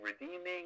redeeming